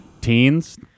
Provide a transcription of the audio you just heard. teens